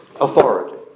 authority